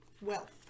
Wealth